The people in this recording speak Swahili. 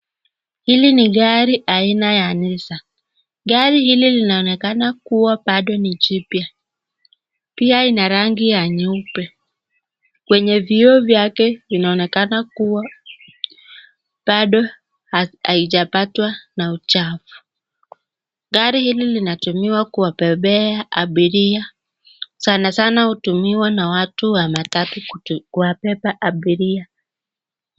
Hili ni gari aina ya Nisaan, gari hili linaonekana kuwa bado ni jipya. Pia ina rangi ya nyeupe, kwenye vioo vyake vinaonekana kuwa bado haijapatwa na uchafu. Gari hili ,linatumiwa kuwabebea abiria, sanasana hutumiwa na watu wa matatu kuwabeba abiria.